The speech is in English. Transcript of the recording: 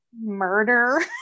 murder